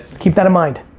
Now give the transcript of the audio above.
keep that in mind.